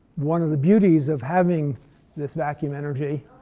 one of the beauties of having this vacuum energy,